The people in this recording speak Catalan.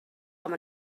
com